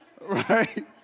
Right